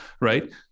Right